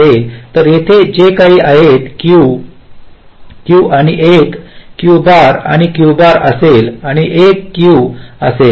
तर येथे जे काही आहे Q Q आणि 1 Q बार आणि Q बार असेल आणि 1 Q असेल